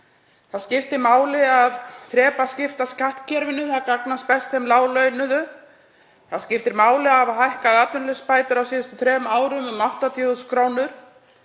Það skiptir máli að þrepaskipta skattkerfinu. Það gagnast best þeim láglaunuðu. Það skiptir máli að hafa hækkað atvinnuleysisbætur á síðustu þrem árum um 80.000 kr.